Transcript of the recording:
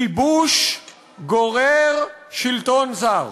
כיבוש גורר שלטון זר,